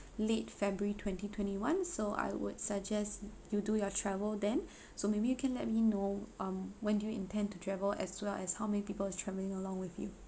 late february twenty twenty one so I would suggest you do your travel then so maybe you can let me know um when do you intend to travel as well as how many people traveling along with you